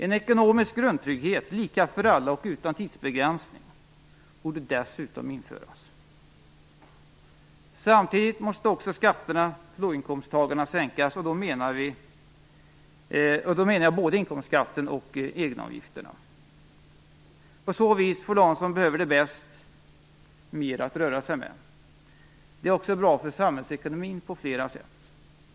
En ekonomisk grundtrygghet, lika för alla och utan tidsbegränsning, borde dessutom införas. Samtidigt måste också skatterna för låginkomsttagarna sänkas, och då menar jag både inkomstskatten och egenavgifterna. På så vis får de som behöver det bäst mer att röra sig med. Det är också bra för samhällsekonomin på flera sätt.